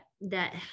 that-